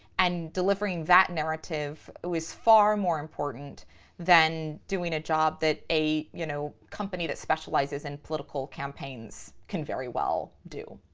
and delivering that narrative was far more important than doing a job that a you know company that specializes in political campaigns can very well do.